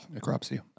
Necropsy